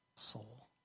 soul